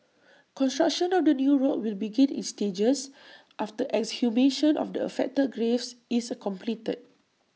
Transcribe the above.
construction of the new road will begin in stages after exhumation of the affected graves is completed